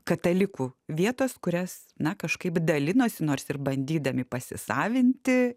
katalikų vietos kurias na kažkaip dalinosi nors ir bandydami pasisavinti